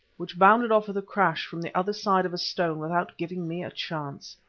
which bounded off with a crash from the other side of a stone without giving me a chance.